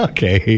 Okay